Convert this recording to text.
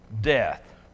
death